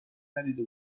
ندیده